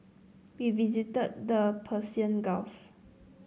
we visited the Persian Gulf